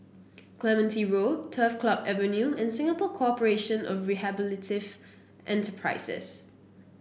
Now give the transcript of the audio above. Clementi Road Turf Club Avenue and Singapore Corporation of Rehabilitative Enterprises